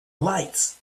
lights